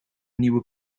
nieuwe